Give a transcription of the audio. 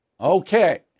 Okay